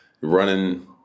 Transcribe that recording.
running